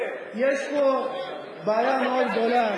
יש פה בעיה מאוד גדולה,